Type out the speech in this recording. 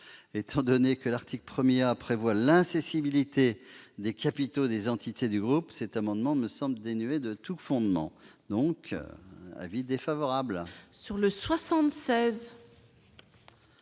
Étant donné que l'article 1 A prévoit l'incessibilité des capitaux des entités du groupe, cet amendement me semble dénué de tout fondement. L'avis est défavorable.